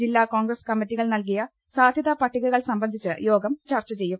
ജില്ലാ കോൺഗ്രസ് കമ്മിറ്റികൾ നൽകിയ സാധ്യതാ പട്ടികകൾ സംബന്ധിച്ച് യോഗം ചർച്ച ചെയ്യും